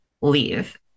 leave